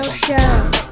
show